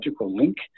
link